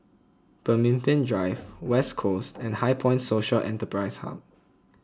Pemimpin Drive West Coast and HighPoint Social Enterprise Hub